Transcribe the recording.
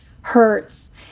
hurts